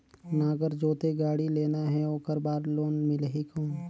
नागर जोते गाड़ी लेना हे ओकर बार लोन मिलही कौन?